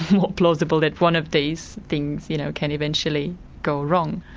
more plausible that one of these things you know can eventually go wrong.